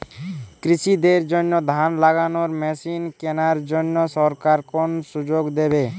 কৃষি দের জন্য ধান লাগানোর মেশিন কেনার জন্য সরকার কোন সুযোগ দেবে?